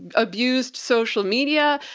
abused social media,